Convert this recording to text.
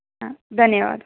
ಹಾಂ ಧನ್ಯವಾದ